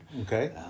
Okay